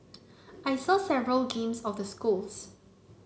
I saw several games of the schools